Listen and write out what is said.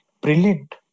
brilliant